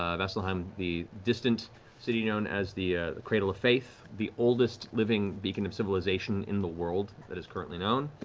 ah vasselheim, the distant city known as the cradle of faith, the oldest living beacon of civilization in the world that is currently known.